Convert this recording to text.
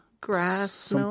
Grass